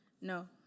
No